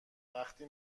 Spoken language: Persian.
وقتی